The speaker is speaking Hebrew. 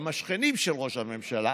הם השכנים של ראש הממשלה: